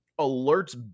alerts